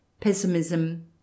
pessimism